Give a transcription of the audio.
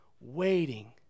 waiting